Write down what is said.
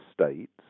states